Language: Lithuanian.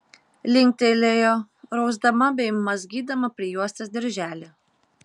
linktelėjo rausdama bei mazgydama prijuostės dirželį